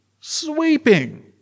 sweeping